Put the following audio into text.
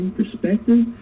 Perspective